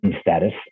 status